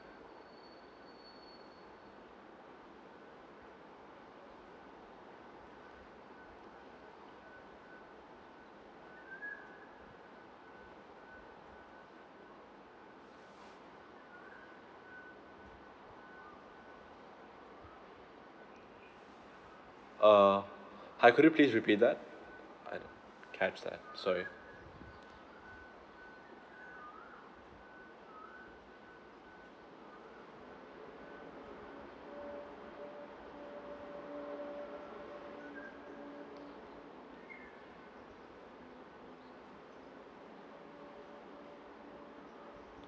err hi could you please repeat that I didn't catch that sorry